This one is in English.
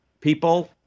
people